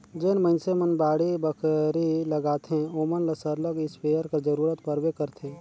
जेन मइनसे मन बाड़ी बखरी लगाथें ओमन ल सरलग इस्पेयर कर जरूरत परबे करथे